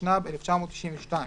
התשנ"ב 1992,